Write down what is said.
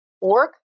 work